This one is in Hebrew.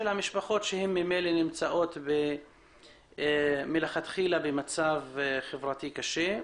המשפחות שנמצאות מלכתחילה במצב חברתי קשה.